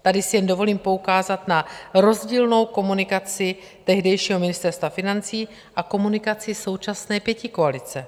Tady si jen dovolím poukázat na rozdílnou komunikaci tehdejšího Ministerstva financí a komunikaci současné pětikoalice.